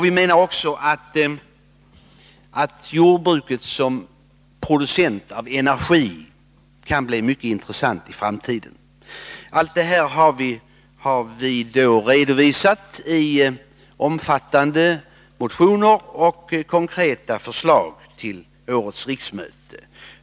Vi menar också att jordbruket som producent av energi är något som kan bli mycket intressant i framtiden. Allt detta har vi redovisat i omfattande motioner och konkreta förslag till årets riksdag.